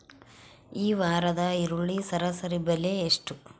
ಈ ವಾರದ ಈರುಳ್ಳಿ ಸರಾಸರಿ ಬೆಲೆ ಎಷ್ಟು?